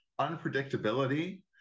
unpredictability